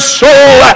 soul